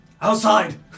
Outside